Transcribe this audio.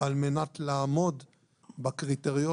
על-מנת לעמוד בקריטריון,